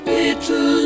little